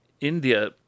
India